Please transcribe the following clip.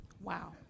Wow